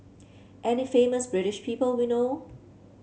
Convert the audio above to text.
any famous British people we know